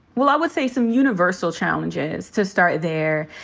well, i would say some universal challenges, to start there,